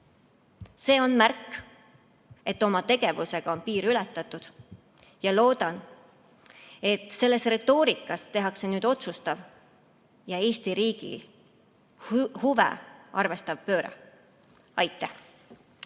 See on märk, et oma tegevusega on piir ületatud. Loodan, et selles retoorikas tehakse nüüd otsustav ja Eesti riigi huve arvestav pööre. Aitäh!